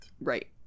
Right